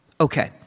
Okay